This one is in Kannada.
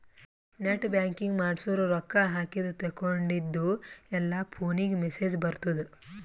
ನೆಟ್ ಬ್ಯಾಂಕಿಂಗ್ ಮಾಡ್ಸುರ್ ರೊಕ್ಕಾ ಹಾಕಿದ ತೇಕೊಂಡಿದ್ದು ಎಲ್ಲಾ ಫೋನಿಗ್ ಮೆಸೇಜ್ ಬರ್ತುದ್